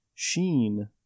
sheen